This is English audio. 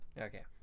Okay